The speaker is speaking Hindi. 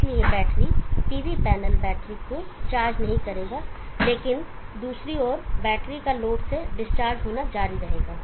इसलिए बैटरी PV पैनल बैटरी को चार्ज नहीं करेगा लेकिन दूसरी ओर बैटरी का लोड से डिस्चार्ज होना जारी रहेगा